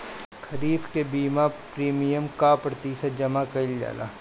खरीफ के बीमा प्रमिएम क प्रतिशत जमा कयील जाला?